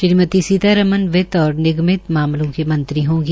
श्रीमती सीतारमन वित और निगमित मामलों की मंत्री होगी